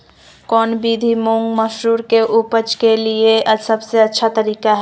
कौन विधि मुंग, मसूर के उपज के लिए सबसे अच्छा तरीका है?